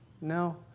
No